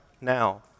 now